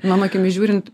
mano akimis žiūrint